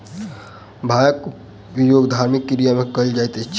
भांगक उपयोग धार्मिक क्रिया में कयल जाइत अछि